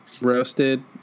roasted